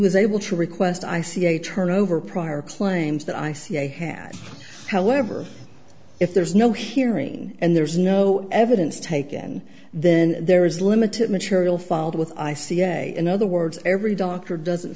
was able to request i see a turn over prior claims that i ca had however if there's no hearing and there's no evidence taken then there is limited material filed with i c a in other words every doctor doesn't